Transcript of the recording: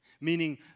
Meaning